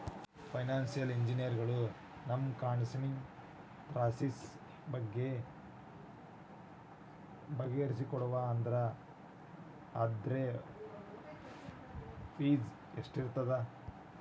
Financial ಇಂಜಿನಿಯರಗ ನಮ್ಹಣ್ಕಾಸಿನ್ ತ್ರಾಸಿನ್ ಬಗ್ಗೆ ಬಗಿಹರಿಸಿಕೊಟ್ಟಾ ಅಂದ್ರ ಅದ್ರ್ದ್ ಫೇಸ್ ಎಷ್ಟಿರ್ತದ?